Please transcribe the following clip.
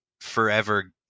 forever